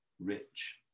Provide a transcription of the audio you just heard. rich